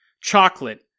chocolate